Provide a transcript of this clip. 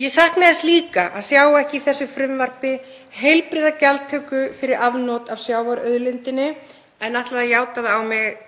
Ég sakna þess líka að sjá ekki í þessu frumvarpi heilbrigða gjaldtöku fyrir afnot af sjávarauðlindinni en ætla að játa að það